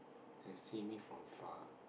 and see me from far